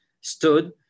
stood